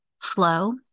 flow